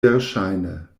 verŝajne